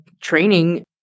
training